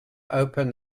open